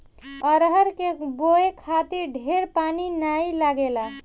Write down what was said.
अरहर के बोए खातिर ढेर पानी नाइ लागेला